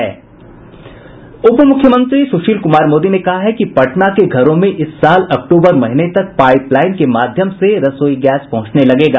उपमुख्यमंत्री सुशील कुमार मोदी ने कहा है कि पटना के घरों में इस साल अक्टूबर महीने तक पाईप लाईन के माध्यम से रसोई गैस पहुंचने लगेगा